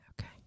Okay